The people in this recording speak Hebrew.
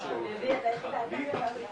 שיש יותר ויותר חברי כנסת שדעתם דומה לשלך,